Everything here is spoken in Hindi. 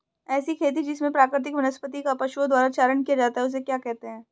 ऐसी खेती जिसमें प्राकृतिक वनस्पति का पशुओं द्वारा चारण किया जाता है उसे क्या कहते हैं?